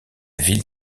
ville